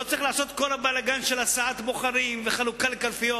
לא צריך לעשות את כל הבלגן של הסעת בוחרים וחלוקה לקלפיות,